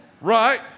Right